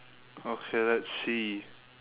okay let's see